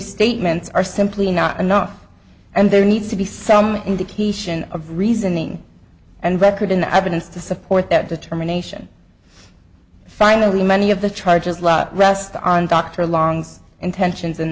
statements are simply not enough and there needs to be some indication of reasoning and record in the evidence to support that determination finally many of the charges rest on dr long's intentions and